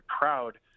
proud